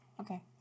Okay